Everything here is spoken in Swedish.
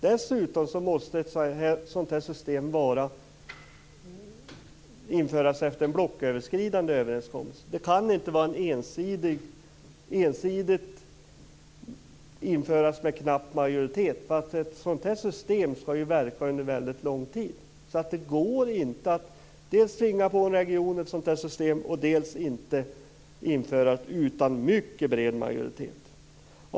Dessutom måste ett sådant här system införas efter en blocköverskridande överenskommelse. Det kan inte ensidigt införas med en knapp majoritet. Ett sådant här system skall ju verka under väldigt lång tid. Det går alltså inte att tvinga på en region ett sådant här system. Det går inte heller att införa det utan en mycket bred majoritet.